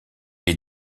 est